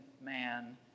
man